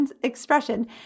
expression